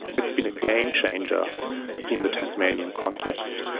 it's been a game changer in the tasmanian context.